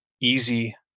easy